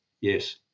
yes